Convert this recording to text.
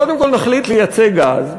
קודם כול נחליט לייצא גז,